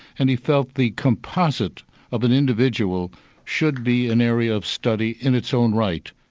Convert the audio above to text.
and he felt the composite of an individual should be an area of study in its own right.